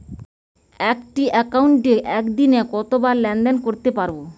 একটি একাউন্টে একদিনে কতবার লেনদেন করতে পারব?